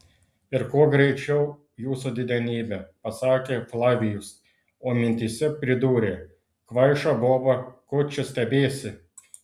ir kuo greičiau jūsų didenybe pasakė flavijus o mintyse pridūrė kvaiša boba ko čia stebiesi